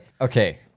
Okay